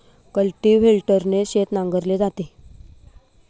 कल्टिव्हेटरने शेत नांगरले जाते